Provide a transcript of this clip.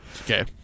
Okay